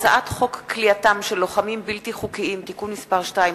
הצעת חוק כליאתם של לוחמים בלתי חוקיים (תיקון מס' 2),